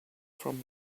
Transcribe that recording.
from